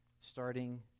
starting